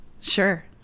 Sure